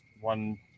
one